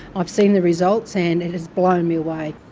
i've seen the results and it has blown me away.